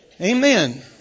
Amen